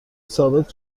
ثابت